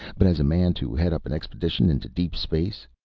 but as a man to head up an expedition into deep space,